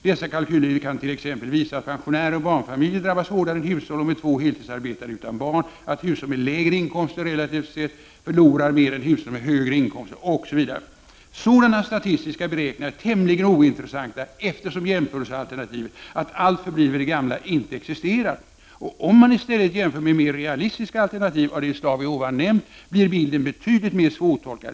Dessa kalkyler kan t.ex. visa att pensionärer och barnfamiljer drabbas hårdare än hushåll med två heltidsarbetande utan barn, att hushåll med lägre inkomster relativt sett förlorar mer än hushåll med högre inkomster osv. Sådana statistiska beräkningar är tämligen ointressanta eftersom jämförelsealternativet — att allt förblir vid det gamla — inte existerar. Om man i stället jämför med mer realistiska alternativ, av det slag vi ovan nämnt, blir bilden betydligt mer svårtolkad.